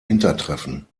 hintertreffen